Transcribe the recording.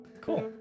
Cool